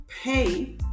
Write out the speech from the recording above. pay